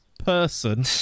person